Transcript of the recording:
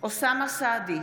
אוסאמה סעדי,